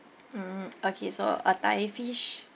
mm okay so uh thai fish